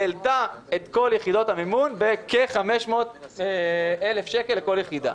העלתה את כל יחידות המימון בכ-500,000 שקל לכל יחידה.